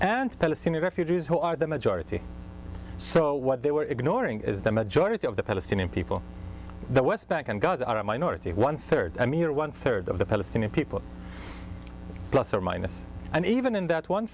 and palestinian refugees who are the majority so what they were ignoring is the majority of the palestinian people the west bank and gaza are a minority of one third one third of the palestinian people plus or minus and even in that one